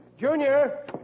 Junior